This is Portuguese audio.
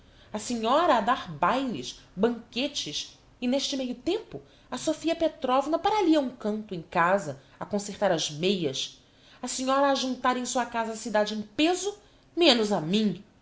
a senhora a dar bailes banquetes e n'este meio tempo a sofia petrovna para ali a um canto em casa a concertar as meias a senhora a ajuntar em sua casa a cidade em peso menos a mim